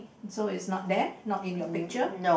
so it's not there not in your picture